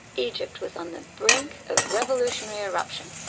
egypt was on the brink of revolutionary eruption.